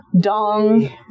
Dong